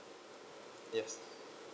yes